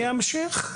אני אמשיך.